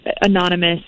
anonymous